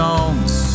Songs